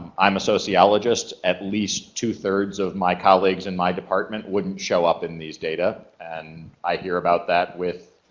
i'm a sociologist at least two-thirds of my colleagues in my department wouldn't show up in these data and i hear about that with